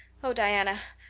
oh, diana,